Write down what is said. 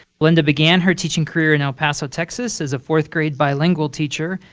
belinda began her teaching career in el paso, texas as a fourth grade bilingual teacher.